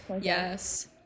Yes